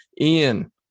Ian